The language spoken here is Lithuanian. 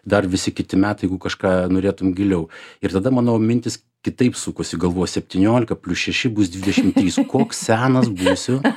dar visi kiti metai jeigu kažką norėtum giliau ir tada mano mintys kitaip sukosi galvojau septyniolika plius šeši bus dvidešim trys koks senas būsiu